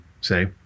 say